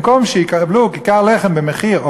ובמקום שיקבלו כיכר לחם במחיר,